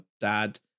dad